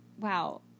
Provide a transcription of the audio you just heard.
wow